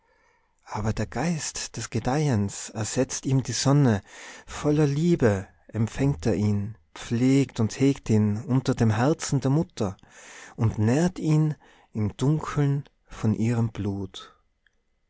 aber der geist des gedeihens ersetzt ihm die sonne voller liebe empfängt er ihn pflegt und hegt ihn unter dem herzen der mutter und nährt ihn im dunkeln von ihrem blut